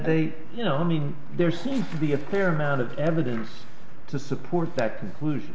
they you know me there seems to be a clear amount of evidence to support that conclusion